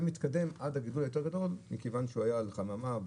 מתקדם עד הגידול היותר גדול מכיוון שהוא היה על חממה,